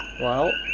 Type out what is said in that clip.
well,